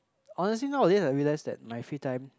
honestly nowaday I realise that my free time